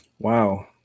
Wow